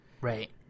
right